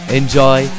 enjoy